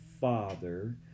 father